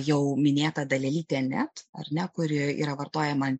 jau minėta dalelytė net ar ne kuri yra vartojama